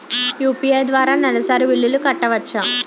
UPI ద్వారా నెలసరి బిల్లులు కట్టవచ్చా?